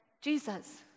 Jesus